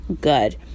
good